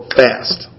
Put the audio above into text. fast